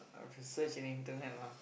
I can search in internet lah